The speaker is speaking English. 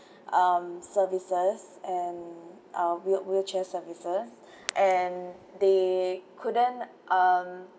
um services and uh wheel wheelchair services and they couldn't um